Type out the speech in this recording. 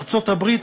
ארצות-הברית,